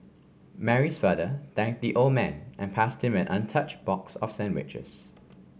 Mary's father thanked the old man and passed him an untouched box of sandwiches